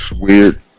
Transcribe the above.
Weird